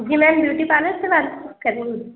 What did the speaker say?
جی ma'am beauty parlour سے بات کر رہی ہیں